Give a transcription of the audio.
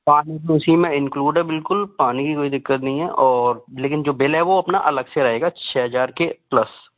पानी तो उसी में इन्क्लूड है बिल्कुल पानी की कोई दिक्कत नहीं है और लेकिन जो बिल है वो अपना अलग से रहेगा छः हजार के प्लस